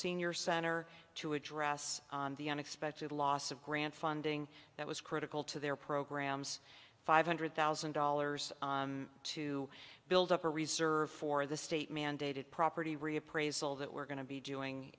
senior center to address the unexpected loss of grant funding that was critical to their programs five hundred thousand dollars to build up a reserve for the state mandated property reappraisal that we're going to be doing